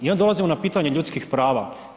I onda dolazimo na pitanje ljudskih prava.